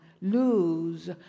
lose